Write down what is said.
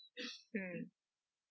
mm